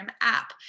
app